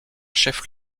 chef